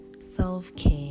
Self-care